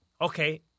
Okay